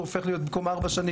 במקום ארבע שנים,